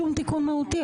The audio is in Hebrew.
שום תיקון מהותי.